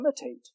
imitate